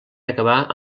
acabar